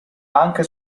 anche